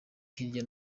hirya